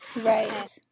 Right